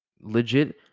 Legit